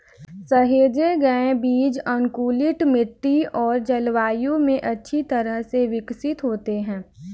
सहेजे गए बीज अनुकूलित मिट्टी और जलवायु में अच्छी तरह से विकसित होते हैं